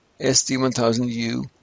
SD1000U